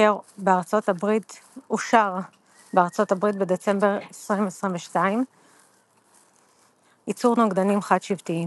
אושר בארצות הברית בדצמבר 2022. ייצור נוגדנים חד-שבטיים